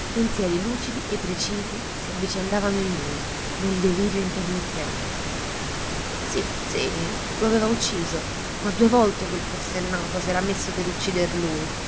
pensieri lucidi e precisi si avvicendavano in lui nel delirio intermittente sì sì lo aveva ucciso ma due volte quel forsennato s'era messo per uccider lui